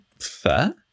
fair